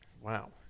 Wow